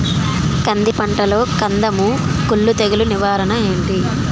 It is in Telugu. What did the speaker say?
కంది పంటలో కందము కుల్లు తెగులు నివారణ ఏంటి?